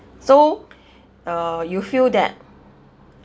so uh you feel that